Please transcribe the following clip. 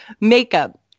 makeup